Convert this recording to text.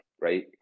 right